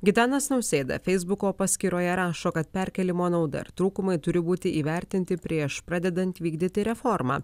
gitanas nausėda feisbuko paskyroje rašo kad perkėlimo nauda ar trūkumai turi būti įvertinti prieš pradedant vykdyti reformą